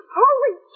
holy